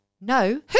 No